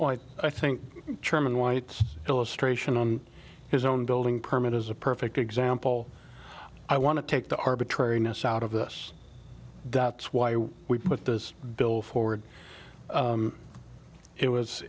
spence i think chairman white's illustration on his own building permit is a perfect example i want to take the arbitrariness out of this that's why we put this bill forward it was